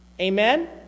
Amen